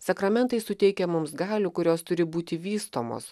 sakramentai suteikia mums galių kurios turi būti vystomos